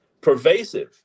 pervasive